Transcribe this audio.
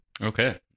Okay